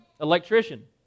electrician